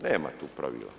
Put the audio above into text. Nema tu pravila.